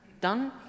done